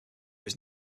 was